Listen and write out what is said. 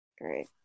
Great